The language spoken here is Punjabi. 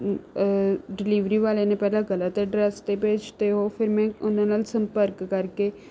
ਡਿਲੀਵਰੀ ਵਾਲਿਆਂ ਨੇ ਪਹਿਲਾਂ ਗਲਤ ਐੱਡਰਸ 'ਤੇ ਭੇਜ ਤੇ ਉਹ ਫਿਰ ਮੈਂ ਉਨ੍ਹਾਂ ਨਾਲ ਸੰਪਰਕ ਕਰਕੇ